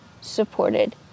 supported